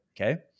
Okay